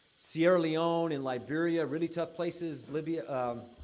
sierra leone and liberia are really tough places. libya, ah